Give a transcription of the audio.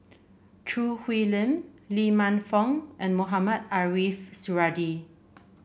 Choo Hwee Lim Lee Man Fong and Mohamed Ariff Suradi